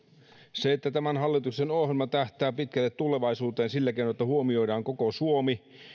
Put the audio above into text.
sitä että tämän hallituksen ohjelma tähtää pitkälle tulevaisuuteen sillä keinoin että huomioidaan koko suomi